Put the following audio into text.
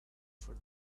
for